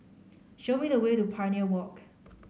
show me the way to Pioneer Walk